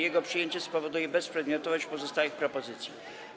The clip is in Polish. Jego przyjęcie spowoduje bezprzedmiotowość pozostałych propozycji.